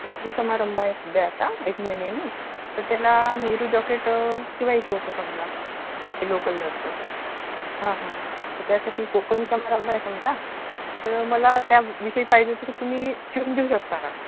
लग्नसमारंभ आहे सध्या आता एक महिन्यानी तर त्याला नेहरू जॉकेट शिवायचं होतं समजा लोकल दरचं हां हां त्यासाठी कोकणी समारंभ आहे समजा तर मला त्या विषयी पाहिजे होतं की तुम्ही शिवून देऊ शकता का